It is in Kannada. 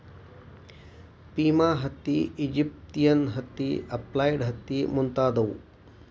ಪಿಮಾ ಹತ್ತಿ, ಈಜಿಪ್ತಿಯನ್ ಹತ್ತಿ, ಅಪ್ಲ್ಯಾಂಡ ಹತ್ತಿ ಮುಂತಾದವು